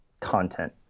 content